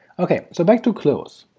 okay, so back to close